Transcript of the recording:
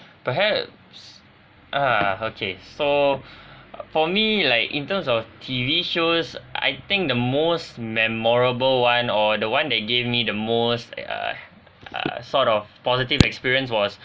perhaps uh okay so for me like in terms of T_V shows I think the most memorable one or the one that gave me the most err err sort of positive experience was